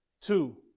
Two